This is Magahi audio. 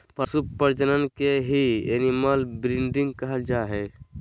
पशु प्रजनन के ही एनिमल ब्रीडिंग कहल जा हय